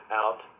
out